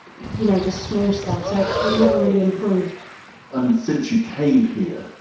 you know just small stuff so you never really improved and since you came here,